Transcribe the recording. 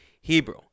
Hebrew